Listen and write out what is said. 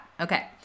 okay